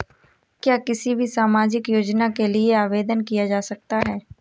क्या किसी भी सामाजिक योजना के लिए आवेदन किया जा सकता है?